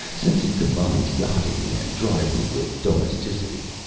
since it combines yachting and driving with domesticity.